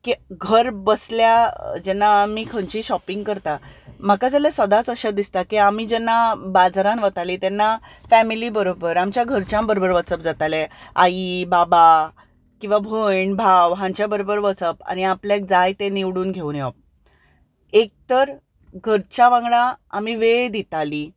की घर बसल्या जेन्ना आमी खंयचेंय शॉपिंग करता म्हाका जाल्यार सदांच अशें दिसता की आमी जेन्ना बाजारांत वतालीं तेन्ना फेमिली बरोबर आमच्या घरच्यां बरोबर वचप जातालें आई बाबा किंवां भयण भाव हांच्या बरोबर वचप आनी आपल्याक जाय तें निवडून घेवन येवप एक तर घरच्यां वांगडा आमी वेळ दितालीं